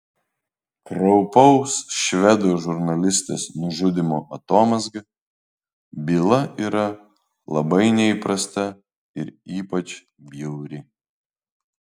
kraupaus švedų žurnalistės nužudymo atomazga byla yra labai neįprasta ir ypač bjauri